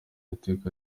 iteka